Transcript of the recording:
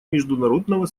международного